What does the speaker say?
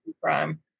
crime